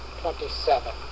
twenty-seven